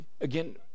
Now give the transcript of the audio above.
Again